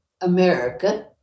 America